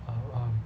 um